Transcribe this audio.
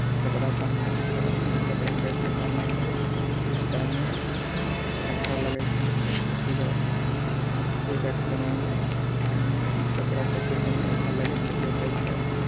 कपड़ा पहनके मतलब कपड़ा खरीद कऽ पहिनै ले उस टाइममे अच्छा लगै छै मतलब पूजा पूजा कऽ समयमे पहननेमे ई कपड़ा सब देखैमे अच्छा लगै छै जचै छै